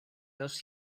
dos